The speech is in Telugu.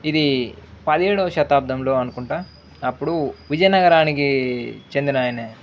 ఇది పదిహేడో శతాబ్దంలో అనుకుంటా అప్పుడు విజయనగరానికి చెందినాయనే